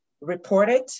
reported